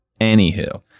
Anywho